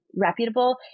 reputable